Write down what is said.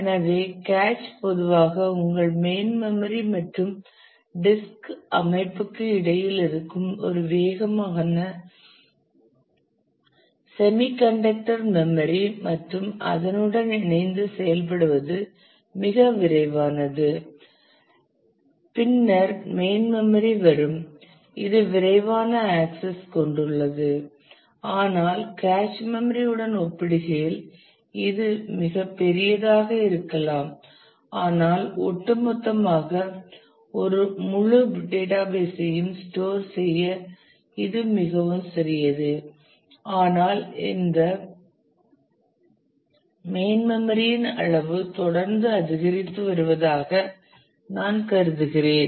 எனவே கேச் பொதுவாக உங்கள் மெயின் மெம்மரி மற்றும் டிஸ்க் அமைப்புக்கு இடையில் இருக்கும் ஒரு வேகமான செமிகண்டக்டர் மெம்மரி மற்றும் அதனுடன் இணைந்து செயல்படுவது மிக விரைவானது பின்னர் மெயின் மெம்மரி வரும் இது விரைவான ஆக்சஸ் ஐ கொண்டுள்ளது ஆனால் கேச் மெம்மரி உடன் ஒப்பிடுகையில் இது மிகப் பெரியதாக இருக்கலாம் ஆனால் ஒட்டுமொத்தமாக ஒரு முழு டேட்டாபேஸ் ஐ யும் ஸ்டோர் செய்ய இது மிகவும் சிறியது ஆனால் இந்த மெயின் மெம்மரி இன் அளவு தொடர்ந்து அதிகரித்து வருவதாக நான் கருதுகிறேன்